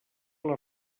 les